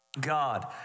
God